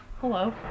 Hello